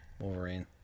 Wolverine